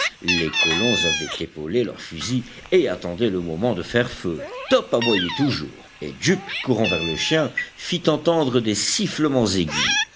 les colons avaient épaulé leurs fusils et attendaient le moment de faire feu top aboyait toujours et jup courant vers le chien fit entendre des sifflements aigus